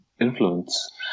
influence